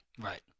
Right